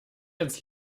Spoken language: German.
ins